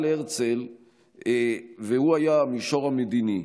שבו פעל הרצל הוא היה המישור המדיני.